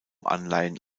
anleihen